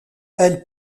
elle